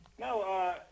No